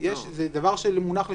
שזה דבר שמונח לפתחכם,